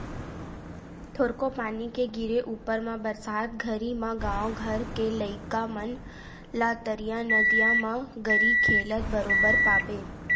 थोरको पानी के गिरे ऊपर म बरसात घरी म गाँव घर के लइका मन ला तरिया नदिया म गरी खेलत बरोबर पाबे